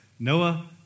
Noah